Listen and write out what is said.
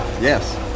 Yes